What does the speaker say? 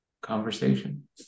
conversation